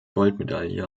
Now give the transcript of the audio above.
goldmedaille